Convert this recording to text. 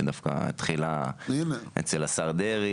שדווקא התחילה אצל השר דרעי.